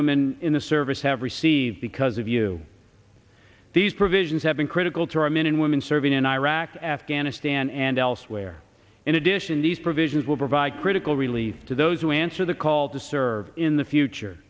women in the service have received because of you these provisions have been critical to our men and women serving in iraq afghanistan and elsewhere in addition these provisions will provide critical relief to those who answer the call to serve in the future